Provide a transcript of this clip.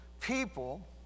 People